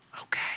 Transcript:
okay